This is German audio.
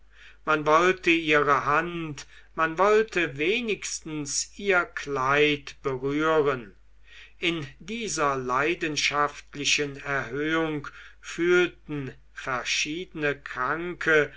man wollte ihre hand man wollte wenigstens ihr kleid berühren in dieser leidenschaftlichen erhöhung fühlten verschiedene kranke